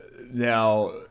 Now